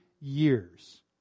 years